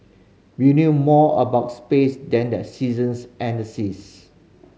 we knew more about space than the seasons and the seas